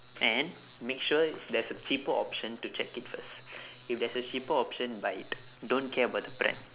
and make sure there's a cheaper option to check it first if there's a cheaper option buy it don't care about the brand